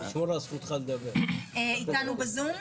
איתנו בזום?